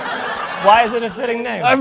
why is it a fitting name? um